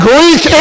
Greek